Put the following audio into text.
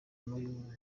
n’uyu